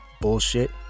bullshit